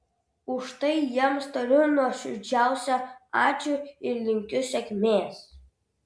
už tai jiems tariu nuoširdžiausią ačiū ir linkiu sėkmės